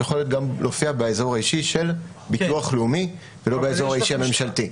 יכול גם להופיע באזור האישי של ביטוח לאומי ולא באזור האישי הממשלתי.